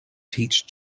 teach